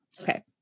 Okay